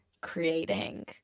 creating